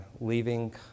leaving